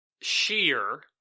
sheer